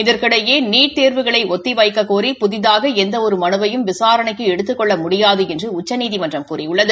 இதற்கிடையே நீட் தேர்வுகளை ஒத்தி வைக்கக்கோரி புதிதாக எந்த ஒரு மனுவையும் விசாரணைக்கு எடுத்துக் கொள்ள முடியாது என்று உச்சநீதிமன்றம் கூறியுள்ளது